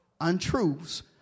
untruths